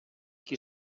qui